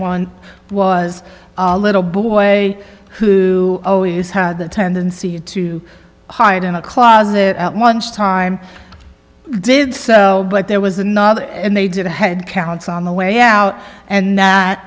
one was a little boy who always had the tendency to hide in a closet at once time did so but there was another and they did a head counts on the way out and